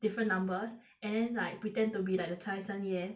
different numbers and then like pretend to be like the 财神爷